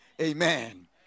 Amen